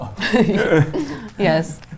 Yes